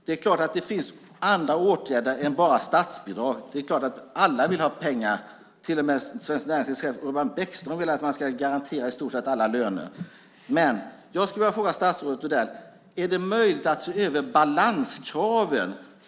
Det är klart att det finns andra åtgärder än bara statsbidrag. Det är klart att alla vill ha pengar. Till och med Svenskt Näringslivs chef Urban Bäckström vill att man ska garantera i stort sett alla löner. Men jag skulle vilja fråga statsrådet Odell: Är det möjligt att se över balanskraven?